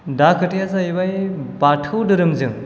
दा खोथाया जाहैबाय बाथौ धाेरोमजों